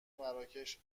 مراکش